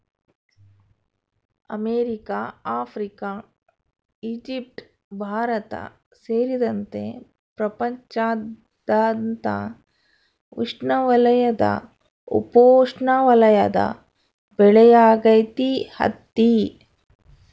America Africa Egypt Bharat ಸೇರಿದಂತೆ ಪ್ರಪಂಚದಾದ್ಯಂತ ಉಷ್ಣವಲಯದ ಉಪೋಷ್ಣವಲಯದ ಬೆಳೆಯಾಗೈತಿ ಹತ್ತಿ